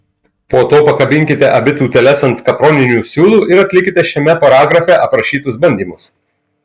po to pakabinkite abi tūteles ant kaproninių siūlų ir atlikite šiame paragrafe aprašytus bandymus